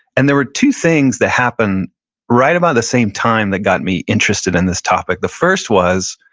and there were two things that happened right about the same time that got me interested in this topic. the first was,